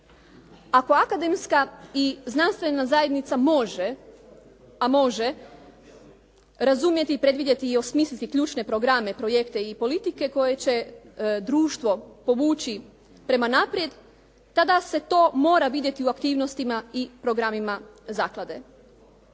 ako akademska i znanstvena zajednica može, a može, razumjeti, predvidjeti i osmisliti ključne programe projekte i politike koji će društvo povući prema naprijed, tada se to mora vidjeti u aktivnostima i programima zaklade.